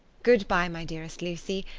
good-bye, my dearest lucy,